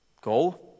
Go